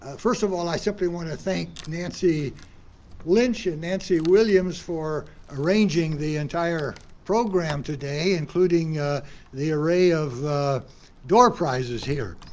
ah first of all, i simply wanna thank nancy lynch and nancy williams for arranging the entire program today, including the array of the door prizes here.